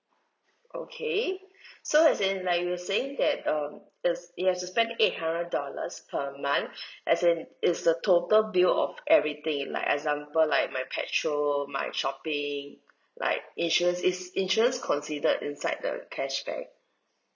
okay so as in like you are saying that um it you have to spend eight hundred dollars per month as in it's the total bill of everything like example like my petrol my shopping like insurance is insurance considered inside the cashback